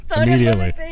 Immediately